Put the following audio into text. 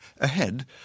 Ahead